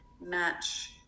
match